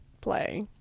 play